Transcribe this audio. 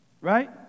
right